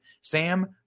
Sam